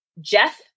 Jeff